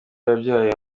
yabyaye